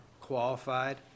qualified